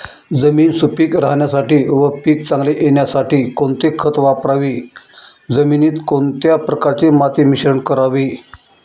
जमीन सुपिक राहण्यासाठी व पीक चांगले येण्यासाठी कोणते खत वापरावे? जमिनीत कोणत्या प्रकारचे माती मिश्रण करावे?